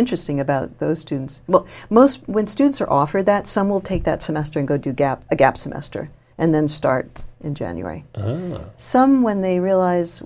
interesting about those students well most when students are offered that some will take that semester and go do gap a gap semester and then start in january or some when they realize